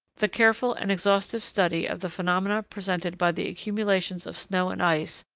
the careful and exhaustive study of the phenomena presented by the accumulations of snow and ice,